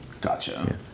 Gotcha